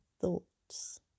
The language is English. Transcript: thoughts